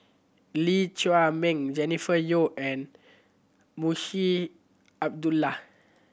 Lee Chiaw Meng Jennifer Yeo and Munshi Abdullah